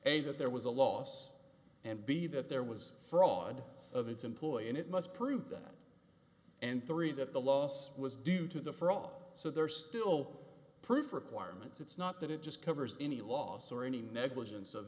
show that there was a loss and b that there was fraud of its employee and it must prove that and three that the loss was due to the for all so there are still proof requirements it's not that it just covers any loss or any negligence of